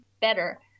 better